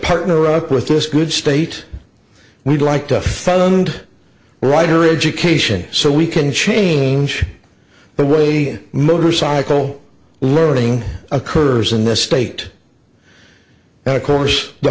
partner up with this good state we'd like to fund a rider education so we can change the way a motorcycle learning occurs in the state and of course the